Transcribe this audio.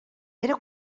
era